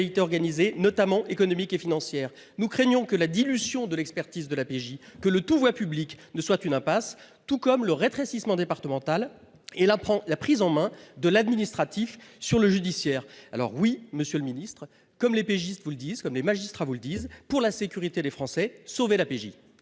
organisée, notamment économiques et financières. Nous craignons que la dilution de l'expertise de la PJ que le tout voie publique ne soit une impasse, tout comme le rétrécissement départemental et la prend la prise en main de l'administratif sur le judiciaire. Alors oui, Monsieur le Ministre, comme les péquistes vous le disent comme les magistrats vous le disent pour la sécurité des Français. Sauver la PJ.